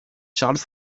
charles